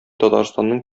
татарстанның